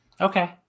Okay